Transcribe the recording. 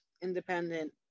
independent